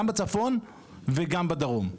גם בצפון וגם בדרום,